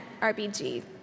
RBG